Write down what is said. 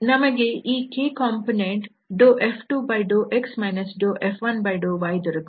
ನಮಗೆ ಈ k component F2∂x F1∂y ದೊರಕುತ್ತದೆ